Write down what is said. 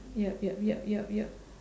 yup yup yup yup yup